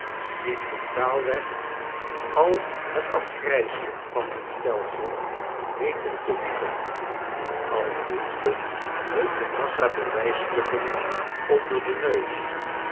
die brutaalweg al het afgrijselijke van dit stelsel heetcn te liegen al duwt ge hun een massa bewijsstukken onder den neus